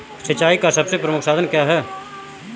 सिंचाई का सबसे प्रमुख साधन क्या है?